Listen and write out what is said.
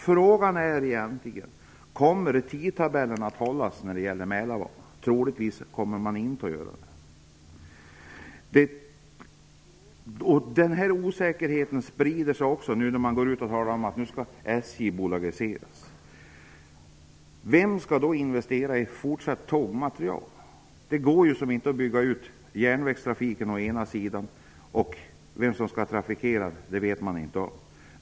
Frågan är egentligen: Kommer tidtabellen att kunna hållas när det gäller Mälardalen? Troligtvis inte. Denna osäkerhet sprider sig nu när man går ut och säger att SJ skall bolagiseras. Vem skall då investera i tågmateriel? Det går ju inte att å ena sida bygga ut järnvägstrafiken när man å andra sidan inte vet vem som skall trafikera järnvägen.